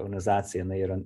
organizacija jinai yra